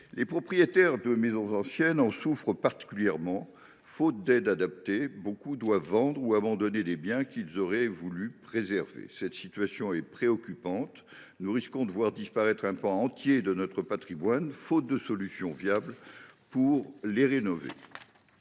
Les propriétaires de maisons anciennes en souffrent particulièrement. Faute d’aide adaptée, nombre d’entre eux doivent vendre ou abandonner des biens qu’ils auraient voulu préserver. Cette situation est préoccupante. Nous risquons de voir disparaître un pan entier de notre patrimoine, faute de solutions viables pour le rénover.